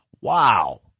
wow